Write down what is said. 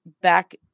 back